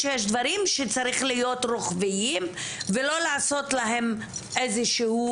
צריך להיות רוחביים, ולא לעשות להם איזה שהוא